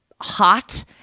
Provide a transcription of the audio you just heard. hot